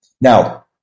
Now